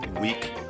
week